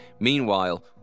Meanwhile